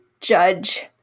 judge